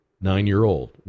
nine-year-old